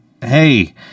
hey